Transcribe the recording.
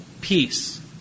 peace